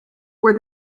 were